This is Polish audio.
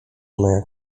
moja